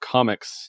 Comics